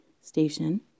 station